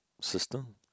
system